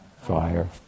fire